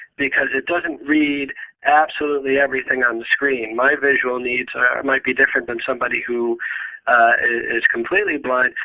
because it doesn't read absolutely everything on the screen. my visual needs might be different than somebody who is completely blind.